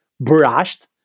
brushed